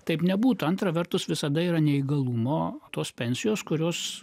taip nebūtų antra vertus visada yra neįgalumo tos pensijos kurios